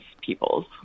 peoples